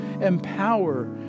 empower